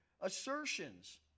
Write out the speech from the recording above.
assertions